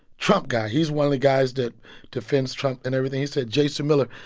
trump guy. he's one of the guys that defends trump and everything. he said, jason miller,